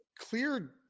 clear